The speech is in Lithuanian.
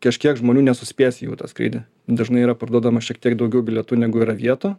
kažkiek žmonių nesuspės į jų tą skrydį dažnai yra parduodama šiek tiek daugiau bilietų negu yra vietų